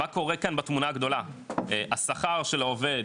מה קורה כאן בתמונה הגדולה, השכר של העובד,